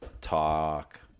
talk